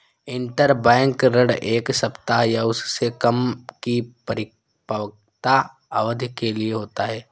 interbank ऋण एक सप्ताह या उससे कम की परिपक्वता अवधि के लिए होते हैं